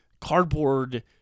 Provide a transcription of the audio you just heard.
cardboard